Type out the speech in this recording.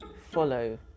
follow